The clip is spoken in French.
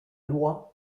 loi